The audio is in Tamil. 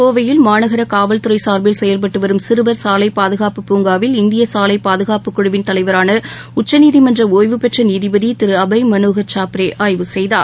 கோவையில் மாநகரகாவல்துறைசார்பில் செயல்பட்டுவரும் சிறுவர் சாலைபாதுகாப்பு பூங்காவில் இந்தியசாலைபாதுகாப்புக் குழுவின் தலைவரானஉச்சநீதிமன்றஒய்வு மனோகர் சாப்ரேஆய்வு செய்தார்